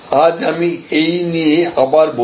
আজ আমি এই নিয়ে আবার বলব